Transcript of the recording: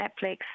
Netflix